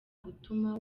gutuma